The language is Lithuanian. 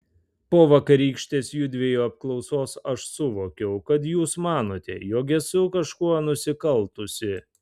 po vakarykštės judviejų apklausos aš suvokiau kad jūs manote jog esu kažkuo nusikaltusi